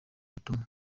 ubutumwa